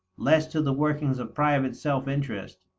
less to the workings of private self-interest.